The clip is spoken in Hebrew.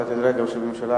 אתה תראה שהממשלה